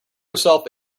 herself